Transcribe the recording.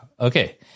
Okay